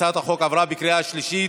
הצעת החוק עברה בקריאה שלישית,